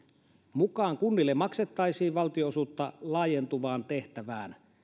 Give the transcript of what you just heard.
mukaan kunnille maksettaisiin valtionosuutta laajentuvaan tehtävään